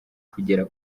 kugera